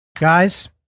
Guys